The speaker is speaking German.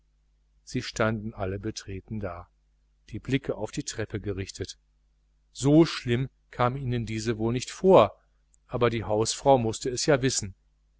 sie standen alle betreten da die blicke auf die treppe gerichtet so schlimm kam ihnen diese wohl nicht vor aber die hausfrau mußte es ja wissen